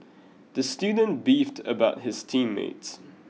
the student beefed about his team mates